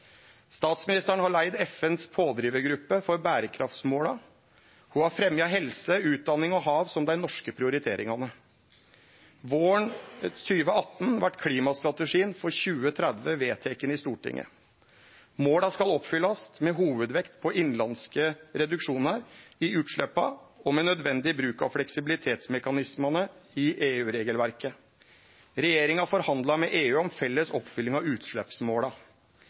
Statsministeren har leidd FNs pådrivargruppe for berekraftsmåla. Ho har fremja helse, utdanning og hav som dei norske prioriteringane. Våren 2018 vart klimastrategien for 2030 vedteken i Stortinget. Måla skal oppfyllast med hovudvekt på innanlandske reduksjonar i utsleppa og med nødvendig bruk av fleksibilitetsmekanismane i EU-regelverket. Regjeringa forhandlar med EU om felles oppfylling av utsleppsmåla.